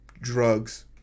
drugs